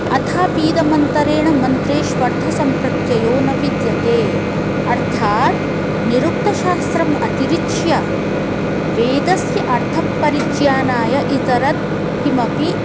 अथापीदमन्तरेण मन्त्रेश्वर्थसम्प्रत्ययो न विद्यते अर्थात् निरुक्तशास्त्रम् अतिरिच्य वेदस्य अर्थपरिज्ञानाय इतरत् किमपि